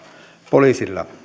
poliisilla